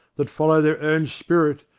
that follow their own spirit,